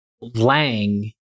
LANG